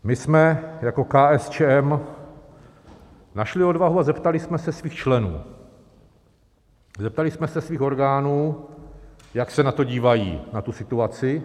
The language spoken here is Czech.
My jsme jako KSČM našli odvahu a zeptali jsme se svých členů, zeptali jsme se svých orgánů, jak se na to dívají, na tu situaci.